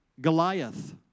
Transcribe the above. Goliath